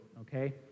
okay